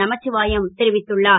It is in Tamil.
நமசிவாயம் தெரிவித்துள்ளார்